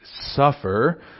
suffer